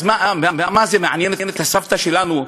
מה זה מעניין את הסבתא שלנו?